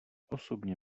osobně